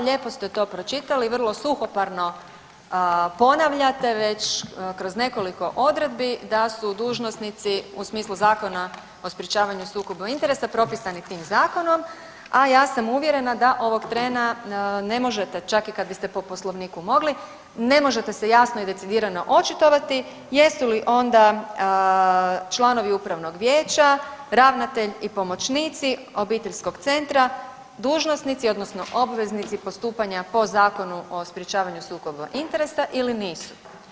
Lijepo ste to pročitali, vrlo suhoparno ponavljate već kroz nekoliko odredbi da su dužnosnici u smislu Zakona o sprječavanju sukoba interesa propisani tim zakonom, a ja sam uvjerena da ovog trena ne možete čak i kad biste po Poslovniku mogli, ne možete se jasno i decidirano očitovati jesu li onda članovi upravnog vijeća ravnatelj i pomoćnici obiteljskog centra, dužnosnici, odnosno obveznici postupanja po Zakonu o sprječavanju sukoba interesa ili nisu?